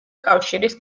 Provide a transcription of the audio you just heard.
კავშირის